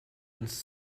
uns